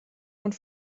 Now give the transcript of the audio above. und